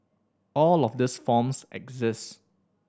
all of these forms exist